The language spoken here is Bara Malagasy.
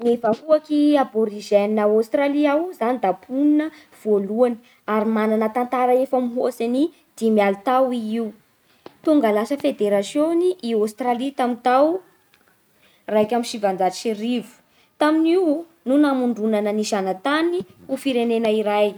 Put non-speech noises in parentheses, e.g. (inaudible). Ny vahoaky aborigène a Aostralia ao i zany da mponina voalohany ary manana tantara efa mihoatsy ny dimy aly tao i io. Tonga lasa federasiôny i Aostralia tamin'ny tao (hesitation) raika amby sivanjato sy arivo. Tamin'io no namondronana ny zanatany ho firenena iray.